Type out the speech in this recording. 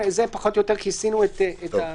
בזה, פחות או יותר כיסינו את התיקונים.